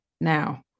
now